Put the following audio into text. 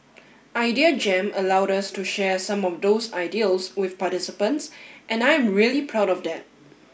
idea Jam allowed us to share some of those ideals with participants and I am really proud of that